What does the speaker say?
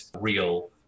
real